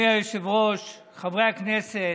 אדוני היושב-ראש, חברי הכנסת,